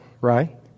right